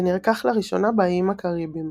שנרקח לראשונה באיים הקאריביים.